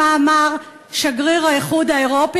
מה אמר שגריר האיחוד האירופי,